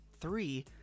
three